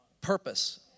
purpose